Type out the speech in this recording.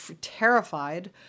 terrified